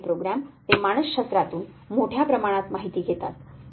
programme ते मानसशास्त्रातून मोठ्या प्रमाणात माहिती घेतात